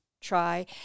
try